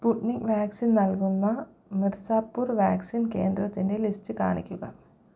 Sputnik vaccine നൽകുന്ന Mirzapur vaccine കേന്ദ്രത്തിന്റെ list കാണിക്കുക